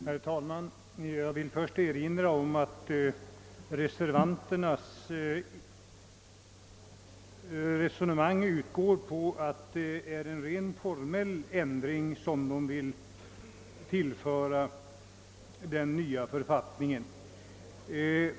Herr talman! Jag vill först erinra om att reservanternas resonemang gäller en rent formell ändring, som de föreslår skall införas i den nya författningen.